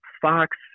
Fox